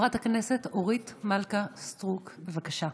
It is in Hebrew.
חברת הכנסת אורית מלכה סטרוק, בבקשה.